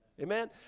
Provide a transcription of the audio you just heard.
Amen